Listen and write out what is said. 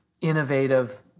innovative